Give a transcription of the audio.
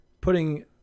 putting